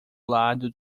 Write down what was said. lado